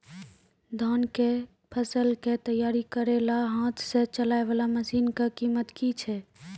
धान कऽ फसल कऽ तैयारी करेला हाथ सऽ चलाय वाला मसीन कऽ कीमत की छै?